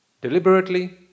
deliberately